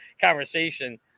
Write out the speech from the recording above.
conversation